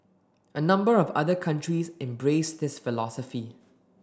a number of other countries embrace this philosophy